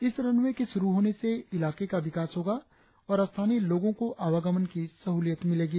इस रनवे के शुरु होने से इलाके का विकास होगा और स्थानीय लोगों को आवागमन की सहूलियन मिलेगी